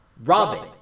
Robin